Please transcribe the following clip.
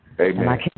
Amen